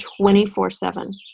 24-7